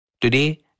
Today